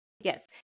Yes